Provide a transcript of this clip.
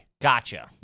Gotcha